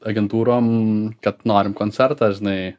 agentūrom kad norim koncertą žinai